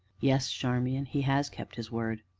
yes, charmian he has kept his word!